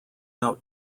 out